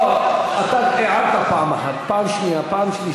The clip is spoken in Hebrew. לא, אתה הערת פעם אחת, פעם שנייה, פעם שלישית.